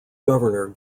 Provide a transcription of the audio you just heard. governor